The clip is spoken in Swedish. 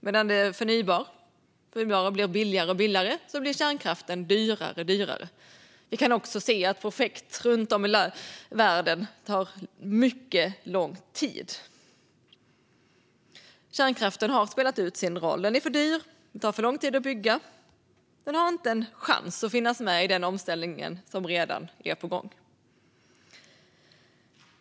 Medan det förnybara blir billigare och billigare blir kärnkraften dyrare och dyrare. Vi kan också se att projekt runt om i världen tar mycket lång tid. Kärnkraften har spelat ut sin roll. Den är för dyr, och det tar för lång tid att bygga. Den har inte en chans att finnas med i den omställning som redan är på gång.